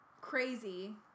crazy